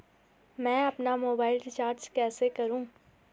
मैं अपना mobile recharge कैसे करूँ?